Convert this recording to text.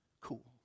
cool